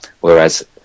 Whereas